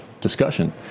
discussion